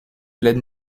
plaide